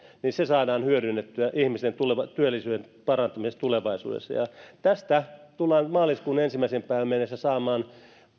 saadaan hyödynnettyä ihmisten työllisyyden parantamiseksi tulevaisuudessa tästä tullaan maaliskuun ensimmäiseen päivään mennessä saamaan